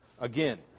again